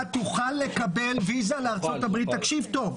תקשיב טוב,